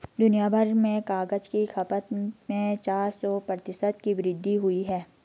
दुनियाभर में कागज की खपत में चार सौ प्रतिशत की वृद्धि हुई है